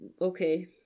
okay